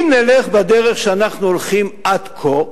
אם נלך בדרך שאנחנו הולכים בה עד כה,